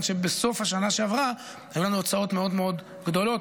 שבסוף השנה שעברה היו לנו הוצאות מאוד מאוד גדולות.